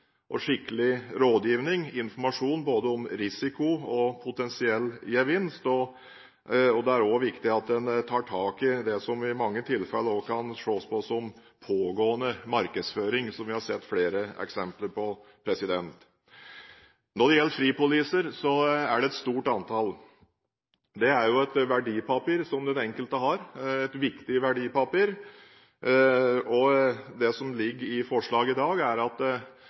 og skikkelig rådgivning, få informasjon både om risiko og om potensiell gevinst. Det er også viktig at en tar tak i det som i mange tilfeller kan ses på som pågående markedsføring, som vi har sett flere eksempler på. Når det gjelder fripoliser, er det et stort antall. En fripolise er et viktig verdipapir som den enkelte har, og det som ligger i forslaget i dag, er at